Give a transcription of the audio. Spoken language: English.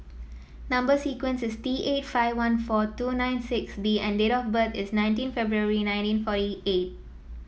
number sequence is T eight five one four two nine six B and date of birth is nineteen February nineteen forty eight